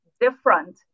different